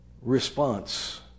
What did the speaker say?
response